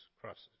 crosses